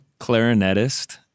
clarinetist